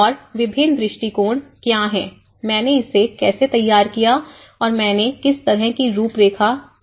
और विभिन्न दृष्टिकोण क्या हैं मैंने इसे कैसे तैयार किया और मैंने किस तरह की रूपरेखा तैयार की है